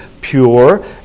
pure